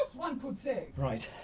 one could say. right,